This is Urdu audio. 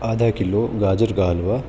آدھا کلو گاجر کا حلوہ